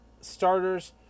starters